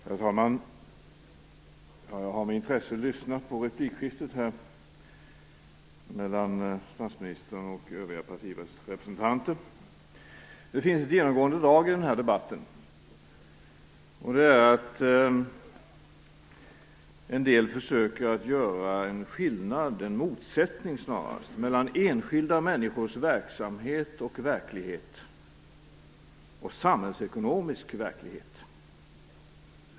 Herr talman! Jag har med intresse lyssnat på replikskiftet mellan statsministern och övriga partirepresentanter. Det finns ett genomgående drag i den här debatten. Det är att en del försöker att göra en skillnad, eller snarare skapa en motsättning, mellan enskilda människors verksamhet och verklighet och samhällsekonomisk verklighet.